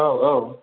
औ औ